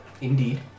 indeed